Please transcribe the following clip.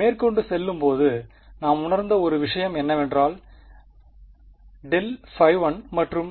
மேற்கொண்டு செல்லும்போது நாம் உணர்ந்த ஒரு விஷயம் என்னவென்றால் ∇1 மற்றும்